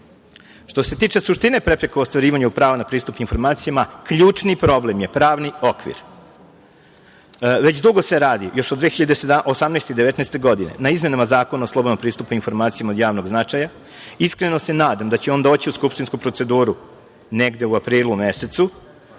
Što se tiče suštine prepreka u ostvarivanju prava na pristup informacijama, ključni problem je pravni okvir. Već dugo se radi, još od 2018. i 2019. godine na izmenama Zakona o slobodnom pristupu informacijama od javnog značaja. Iskreno se nadam da će on doći u skupštinsku proceduru, negde u aprilu mesecu,